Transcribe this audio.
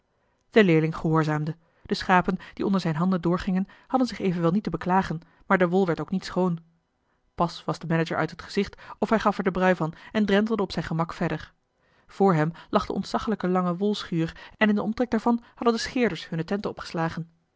de leerling gehoorzaamde de schapen die onder zijne handen doorgingen hadden zich evenwel niet te beklagen maar de wol werd ook niet schoon pas was de manager uit het gezicht of hij gaf er den brui van en drentelde op zijn gemak verder vr hem lag de ontzaglijk lange wolschuur en in den omtrek daarvan hadden de scheerders hunne tenten opgeslagen